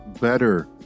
better